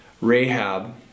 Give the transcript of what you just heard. Rahab